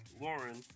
Lauren